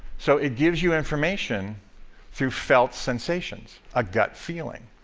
so, it gives you information through felt sensations, a gut feeling.